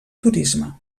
turisme